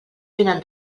tenen